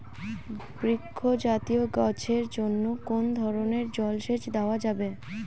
বৃক্ষ জাতীয় গাছের জন্য কোন ধরণের জল সেচ দেওয়া যাবে?